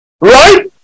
Right